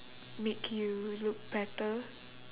make you look better